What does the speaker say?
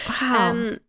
Wow